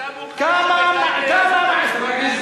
אתה מוכן שבטייבה יעשו,